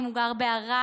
אם הוא גר בערד,